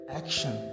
action